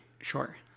Sure